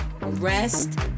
rest